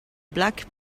black